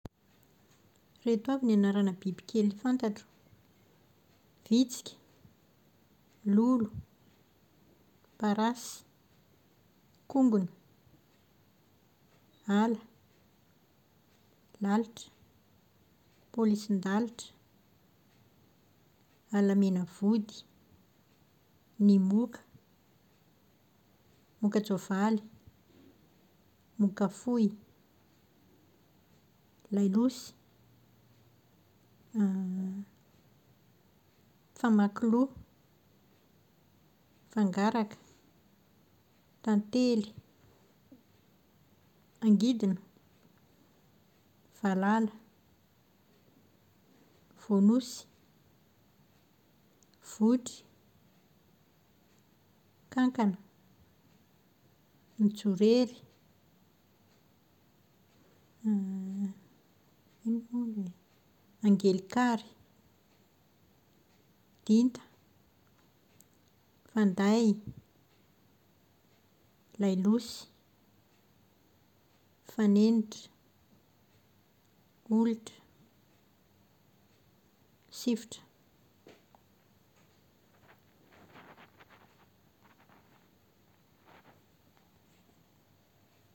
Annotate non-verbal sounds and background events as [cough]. Ireto avy ny anarana bibikely fantatro. Vitsika, lolo, parasy, kongona, ala, lalitra, polisin-dalitra, ala mena vody; ny moka, mokan-tsoavaly, moka fohy, lailosy, [hesitation] famakiloha, fangaraka, tantely, angidina, valala, voan'osy, votry, kankana, ny jorery, [hesitation] angelikary, dinta, fanday, lailosy, fanenitra, olitra, sifotra.